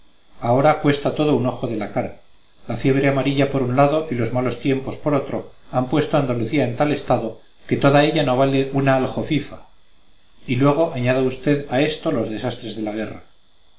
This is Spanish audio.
ahora cuesta todo un ojo de la cara la fiebre amarilla por un lado y los malos tiempos por otro han puesto a andalucía en tal estado que toda ella no vale una aljofifa y luego añada usted a esto los desastres de la guerra